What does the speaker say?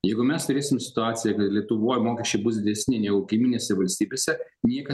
jeigu mes turėsim situaciją kad lietuvoj mokesčiai bus didesni negu kaimyninėse valstybėse nieka